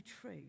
true